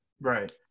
Right